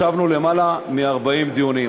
ישבנו למעלה מ-40 דיונים.